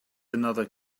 another